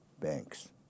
banks